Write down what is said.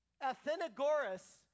Athenagoras